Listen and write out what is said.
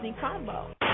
combo